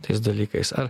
tais dalykais ar